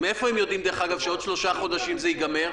מאיפה הם יודעים שעוד שלושה חודשים זה ייגמר?